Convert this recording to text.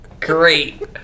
great